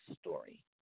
story